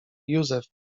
jussef